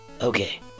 Okay